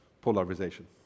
polarization